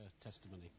testimony